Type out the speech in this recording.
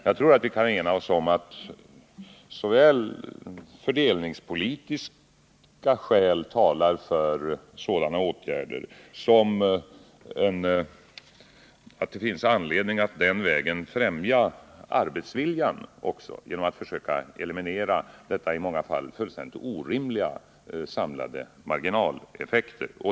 Jag tror att vi kan ena oss om att fördelningspolitiska skäl talar för sådana åtgärder och att det också finns anledning att den vägen främja arbetsviljan — genom att försöka eliminera dessa i många fall fullständigt orimliga samlade marginaleffekter.